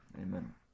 amen